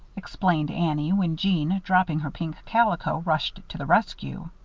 explained annie, when jeanne, dropping her pink calico, rushed to the rescue.